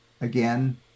again